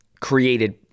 Created